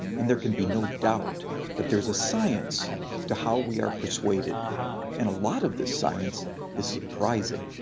and there can be no doubt that there's a science to how we are persuaded and a lot of the science is surprising.